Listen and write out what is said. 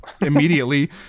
immediately